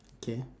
okay